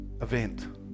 event